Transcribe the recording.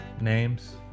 names